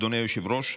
אדוני היושב-ראש,